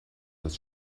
des